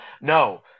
No